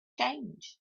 change